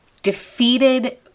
defeated